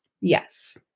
Yes